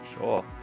Sure